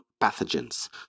pathogens